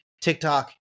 TikTok